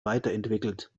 weiterentwickelt